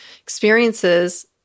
experiences